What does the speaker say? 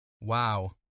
Wow